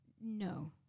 No